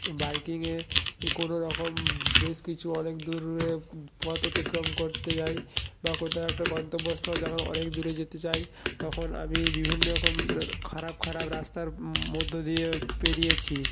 বাইকিংয়ে কোনো রকম বেশ কিছু অনেক দূরে পথ অতিক্রম করতে যাই বা কোথাও একটা গন্তব্যস্থল যেমন অনেক দূরে যেতে চাই তখন আমি বিভিন্ন রকম খারাপ খারাপ রাস্তার মধ্যে দিয়ে পেরিয়েছি